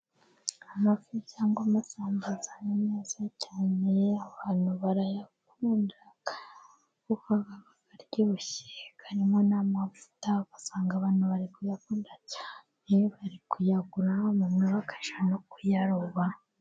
Amafi cyangwa amasambaza ni meza cyane, abantu barayakunda kuko aba aryoshye, harimo n'amavuta ugasanga abantu bari kuyakunda cyane, bari kuyagura bamwe bakajya no kuyaruba.